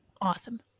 Awesome